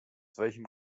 welchem